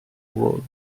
rogue